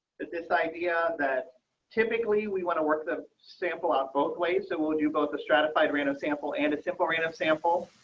idea that typically we want to work the sample out both ways. and we'll do both a stratified random sample and a simple random sample,